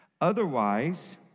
Otherwise